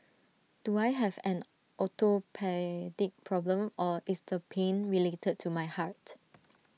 do I have an orthopaedic problem or dis the pain related to my heart